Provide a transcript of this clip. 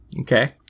Okay